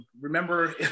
remember